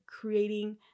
creating